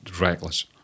reckless